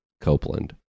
Copeland